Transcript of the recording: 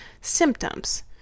symptoms